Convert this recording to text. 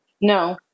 No